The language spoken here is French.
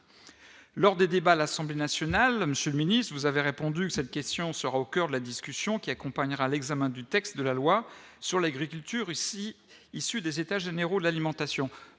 lors des débats à l'Assemblée nationale, Monsieur le Ministre, vous avez répondu cette question sera au coeur de la discussion qui accompagnera l'examen du texte de la loi sur l'agriculture ici issu des états généraux de l'alimentation,